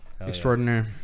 Extraordinary